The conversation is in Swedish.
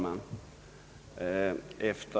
Herr talman!